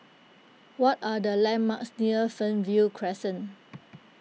what are the landmarks near Fernvale Crescent